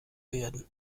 werden